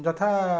ଯଥା